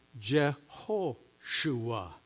Jehoshua